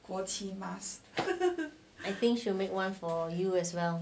I think she make one for you as well